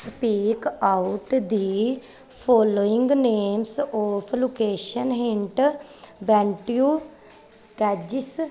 speak out the following names of location hint went to ਟੈਜਿਸ